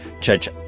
Judge